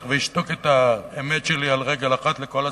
ואשתוק את האמת שלי על רגל אחת לכל הזמן,